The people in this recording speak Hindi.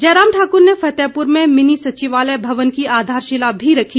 जयराम ठाकुर ने फतेहपुर में मिनी सचिवालय भवन की आधारशिला भी रखी